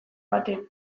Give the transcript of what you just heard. batean